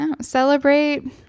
celebrate